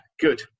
good